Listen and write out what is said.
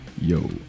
Yo